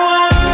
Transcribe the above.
one